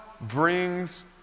brings